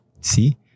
See